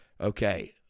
Okay